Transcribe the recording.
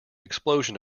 explosion